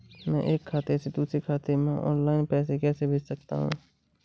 मैं एक खाते से दूसरे खाते में ऑनलाइन पैसे कैसे भेज सकता हूँ?